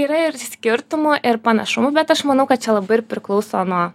yra ir skirtumų ir panašumų bet aš manau kad čia labai ir priklauso nuo